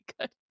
good